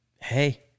Hey